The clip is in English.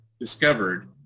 discovered